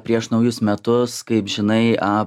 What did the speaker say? prieš naujus metus kaip žinai ap